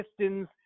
Pistons